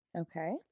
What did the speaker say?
Okay